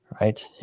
right